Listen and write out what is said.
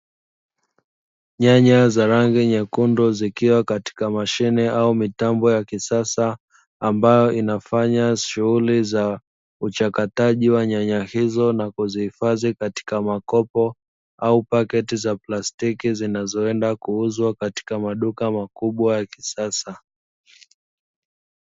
Nyanya za rangi nyekundu ikiwa katika mashine au mitambo ya kisasa, ambayo inafanya shughuli ya uchakataji wa nyanya hizo na kuhifadhi kwenye makopo au paketi za plastiki. Zinazoenda kuuzwa kwenye maduka makubwa ya kisasa.